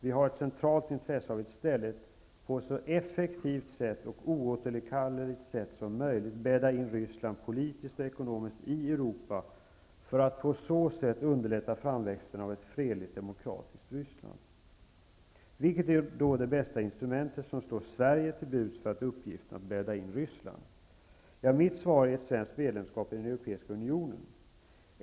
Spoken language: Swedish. Vi har ett centralt intresse av att i stället effektivt och oåterkalleligt bädda in Ryssland politiskt och ekonomiskt i Europa, för att på så sätt underlätta framväxten av ett fredligt demokratiskt Ryssland. Vilket är då det bästa instrument som står Sverige till buds för uppgiften att bädda in Ryssland? Mitt svar är ett svenskt medlemskap i Europeiska unionen.